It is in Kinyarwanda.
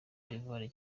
d’ivoire